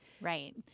Right